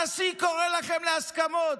הנשיא קורא לכם להסכמות,